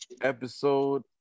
episode